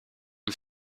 een